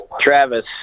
Travis